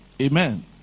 Amen